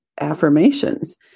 affirmations